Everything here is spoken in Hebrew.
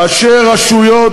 ראשי רשויות,